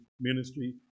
ministry